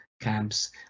camps